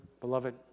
beloved